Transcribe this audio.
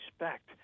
respect